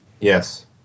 Yes